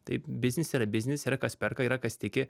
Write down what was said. tai biznis yra biznis yra kas perka yra kas tiki